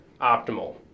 optimal